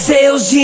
Sales